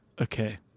Okay